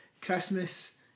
Christmas